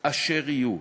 אשר יהיו.